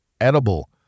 edible